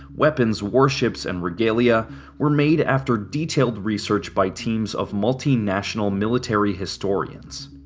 weapons, warships, and regalia were made after detailed research by teams of multinational military historians.